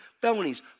Felonies